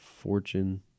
fortune